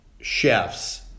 chefs